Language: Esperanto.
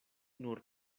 nur